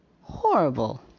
horrible